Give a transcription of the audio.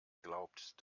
glaubt